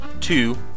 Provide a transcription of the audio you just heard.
Two